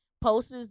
posts